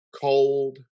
cold